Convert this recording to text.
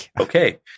okay